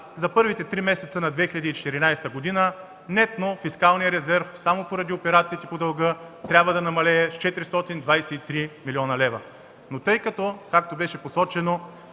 за първите три месеца на 2014 г. нетно фискалният резерв само поради операциите по дълга трябва да намалее с 423 млн. лв. Тъй като, както беше посочено,